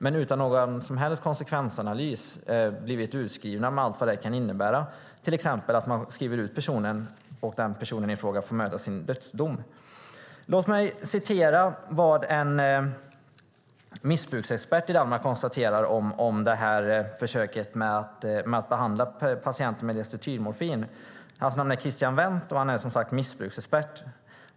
De har utan någon som helst konsekvensanalys blivit utskrivna med allt vad det kan innebära. Man kan till exempel skriva ut personen, och den personen får möta sin dödsdom. Låt mig citera vad en missbruksexpert i Danmark konstaterar om försöket att behandla patienter med diacetylmorfin. Hans namn är Christian Hvidt, och han är som sagt missbruksexpert.